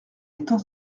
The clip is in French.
étant